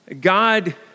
God